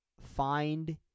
find